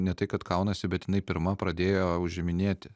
ne tai kad kaunasi bet jinai pirma pradėjo užiminėti